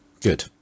Good